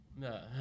No